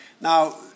Now